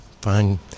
fine